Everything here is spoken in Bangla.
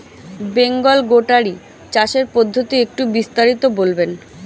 বেঙ্গল গোটারি চাষের পদ্ধতি একটু বিস্তারিত বলবেন?